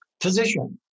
physician